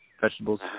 vegetables